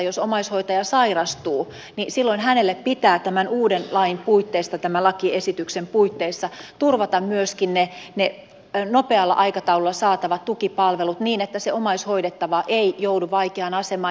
jos omaishoitaja sairastuu silloin hänelle pitää tämän uuden tämän lakiesityksen puitteissa turvata myöskin ne nopealla aikataululla saatavat tukipalvelut niin että omaishoidettava ei joudu vaikeaan asemaan